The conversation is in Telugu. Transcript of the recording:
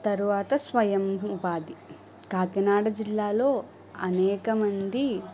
తరువాత స్వయం ఉపాధి కాకినాడ జిల్లాలో అనేకమంది